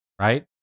right